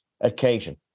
occasion